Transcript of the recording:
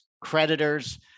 creditors